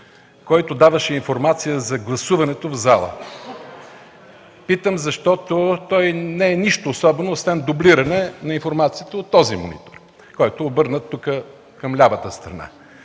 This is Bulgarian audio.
който даваше информация за гласуването в залата. Питам, защото той не е нищо особено, освен дублиране на информацията от монитора, обърнат към лявата страна.